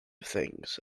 things